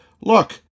Look